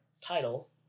title